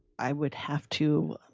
i would have to